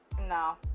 No